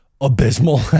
abysmal